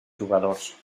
jugadors